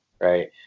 right